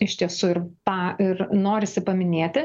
iš tiesų ir tą ir norisi paminėti